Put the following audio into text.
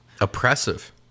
Oppressive